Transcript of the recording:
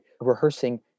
rehearsing